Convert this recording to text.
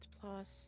plus